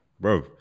Bro